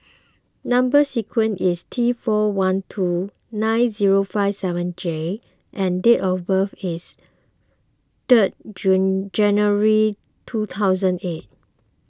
Number Sequence is T four one two nine zero five seven J and date of birth is third January two thousand eight